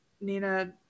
Nina